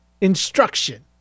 instruction